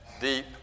deep